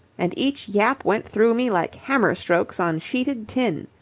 and each yap went through me like hammer-strokes on sheeted tin.